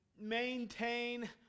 maintain